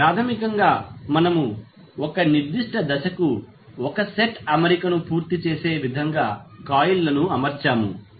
ప్రాథమికంగా మనము 1 నిర్దిష్ట దశకు 1 సెట్ అమరికను పూర్తి చేసే విధంగా కాయిల్లను అమర్చాము